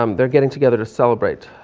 um there getting together to celebrate.